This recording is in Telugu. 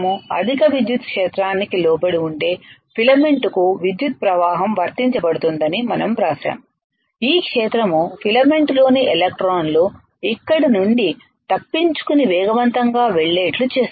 అధిక విద్యుత్ క్షేత్రానికి లోబడి ఉండే ఫిలమెంట్ కు విద్యుత్ ప్రవాహం వర్తించబడుతుందని మనం వ్రాసాము ఈ క్షేత్రం ఫిలమెంట్ లోని ఎలక్ట్రాన్లు ఇక్కడ నుండి తప్పించుకుని వేగవంతంగా వెళ్లేట్లు చేస్తుంది